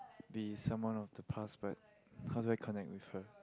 be someone of the past but how do I connect with her